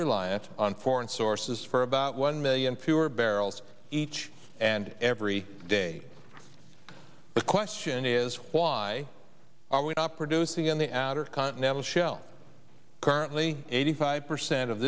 reliant on foreign sources for about one million fewer barrels each and every day the question is why are we not producing in the outer continental shelf currently eighty five percent of